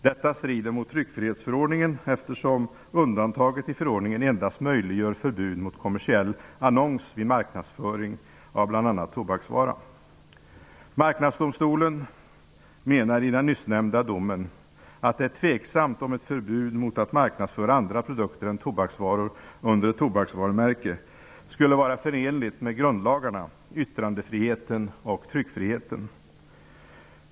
Detta strider mot tryckfrihetsförordningen, eftersom undantaget i förordningen endast möjliggör förbud mot kommersiell annons vid marknadsföring av bl.a. tobaksvara. Marknadsdomstolen menar i den nyssnämnda domen att det är tveksamt om ett förbud mot att marknadsföra andra produkter än tobaksvaror under ett tobaksvarumärke skulle vara förenligt med grundlagarna, yttrandefriheten och tryckfriheten.